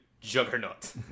juggernaut